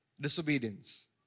Disobedience